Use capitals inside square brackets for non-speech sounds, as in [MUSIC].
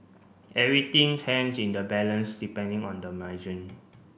everything hangs in the balance depending on the [UNINTELLIGIBLE]